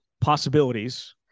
possibilities